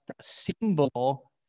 symbol